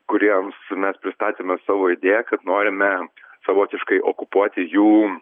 kuriems mes pristatėme savo idėją kad norime savotiškai okupuoti jų